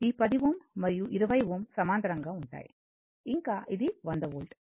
ఈ 10 Ω మరియు 20 Ω సమాంతరంగా ఉంటాయి ఇంకా ఇది 100 వోల్ట్